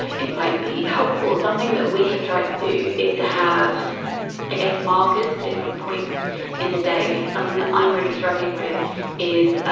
it might be helpful, something that we have tried to do is to have ah markers for different points in the day because something that i'm really struggling with is